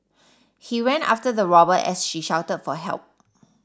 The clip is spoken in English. he ran after the robber as she shouted for help